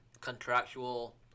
contractual